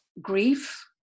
grief